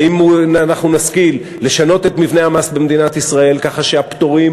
האם אנחנו נשכיל לשנות את מבנה המס במדינת ישראל ככה שהפטורים